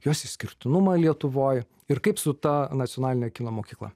jos išskirtinumą lietuvoj ir kaip su ta nacionalinio kino mokykla